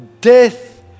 death